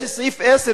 יש סעיף 10,